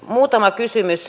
muutama kysymys